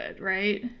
right